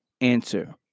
answer